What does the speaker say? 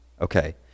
okay